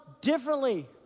differently